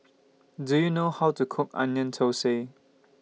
Do YOU know How to Cook Onion Thosai